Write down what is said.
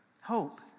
Hope